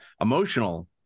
emotional